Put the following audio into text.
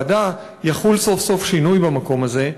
יחול סוף-סוף שינוי במקום הזה,